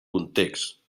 context